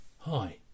Hi